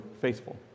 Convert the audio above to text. faithful